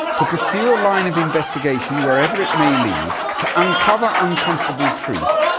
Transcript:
to pursue a line of investigation wherever it may lead, to uncover uncomfortable truths,